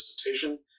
visitation